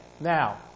Now